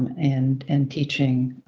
and and teaching